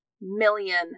million